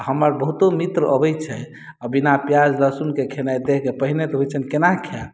हमर बहुतो मित्र अबै छै बिना प्याज लहसुन के खेनाई देख कऽ पहिने तऽ होइ छनि केना खाएब